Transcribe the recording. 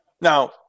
Now